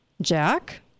Jack